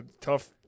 tough